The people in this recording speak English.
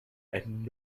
and